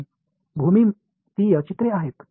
இது உள்ளுணர்வு வடிவியல் படங்கள் ஆகும்